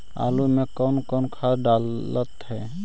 आलू में कौन कौन खाद डालते हैं?